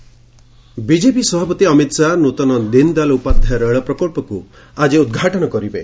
Amit Shah BJP ସଭାପତି ଅମିତ୍ ଶାହା ନୂତନ ଦୀନ୍ ଦୟାଲ୍ ଉପାଧ୍ୟାୟ ରେଳ ପ୍ରକଳ୍ପକୁ ଆଜି ଉଦ୍ଘାଟନ କରିବେ